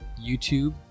YouTube